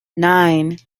nine